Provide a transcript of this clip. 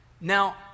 Now